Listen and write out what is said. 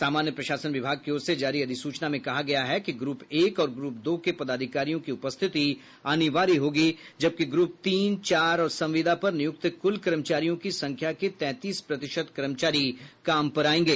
सामान्य प्रशासन विभाग की ओर से जारी अधिसूचना में कहा गया है कि ग्रुप एक और ग्रुप दो के पदाधिकारियों की उपस्थिति अनिवार्य होगी जबकि ग्रप तीन चार और संविदा पर नियुक्त कुल कर्मचारियों की संख्या के तैंतीस प्रतिशत कर्मचारी काम पर आयेंगे